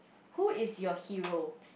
who is your hero